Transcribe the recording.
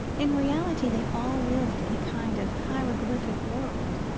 in reality they all lived in a kind of hieroglyphic world,